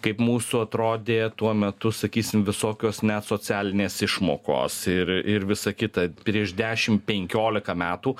kaip mūsų atrodė tuo metu sakysim visokios net socialinės išmokos ir ir visa kita prieš dešim penkiolika metų